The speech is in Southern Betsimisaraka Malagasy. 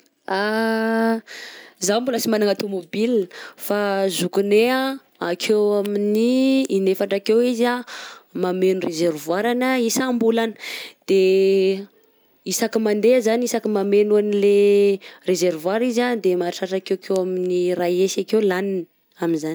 Za mbola sy magnana tômôbily fa zokinay a akeo amin'ny in'efatra akeo izy a mameno ny resevoire-ny isambolana de isaka mande zany isaky mameno an'ilay resevoire izy de mahatratra akekeo amin'ny ray hesy akeo laniny amin'izany.